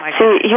See